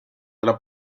della